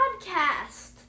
podcast